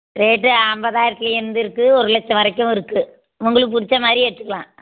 rate ஐம்பதாயிரத்துலேந்து இருக்குது ஒரு லட்சம் வரைக்கும் இருக்குது உங்களுக்குப் பிடிச்ச மாதிரி எடுத்துக்கலாம்